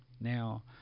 now